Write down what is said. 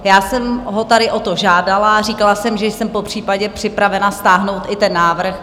Já jsem ho tady o to žádala, říkala jsem, že jsem popřípadě připravena stáhnout i ten návrh.